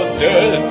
dead